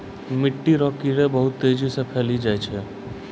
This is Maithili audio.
मिट्टी रो कीड़े बहुत तेजी से फैली जाय छै